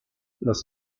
los